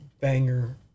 banger